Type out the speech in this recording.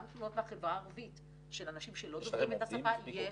גם תלונות מהחברה הערבית של אנשים שלא דוברים את השפה,